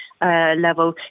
level